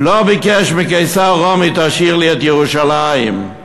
לא ביקש מקיסר רומי: תשאיר לי את ירושלים,